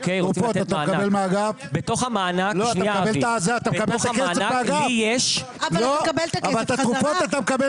בתוך המענק לי יש --- אם אתה מקבל